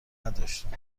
نداشتند